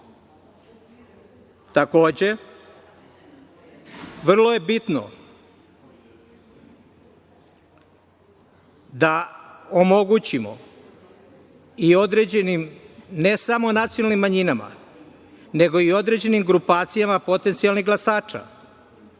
partija. Takođe, vrlo je bitno da omogućimo i određenim ne samo nacionalnim manjinama, nego i određenim grupacijama potencijalnih glasača,